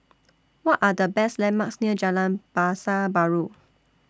What Are The Best landmarks near Jalan Pasar Baru